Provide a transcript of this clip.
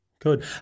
Good